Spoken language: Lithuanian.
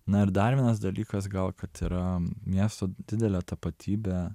na ir dar vienas dalykas gal kad yra miesto didelė tapatybė